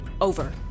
Over